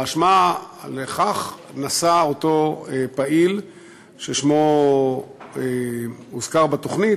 באשמה לכך נשא אותו פעיל ששמו הוזכר בתוכנית,